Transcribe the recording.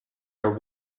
are